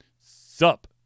Sup